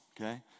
Okay